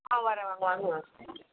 ஆ வரேன் வாங்க வாங்க மேம் தேங்க் யூ